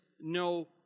no